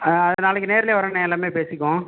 ஆ அது நாளைக்கு நேர்லேயே வர்றேண்ணா எல்லாமே பேசிக்குவோம்